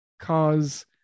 cause